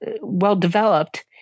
well-developed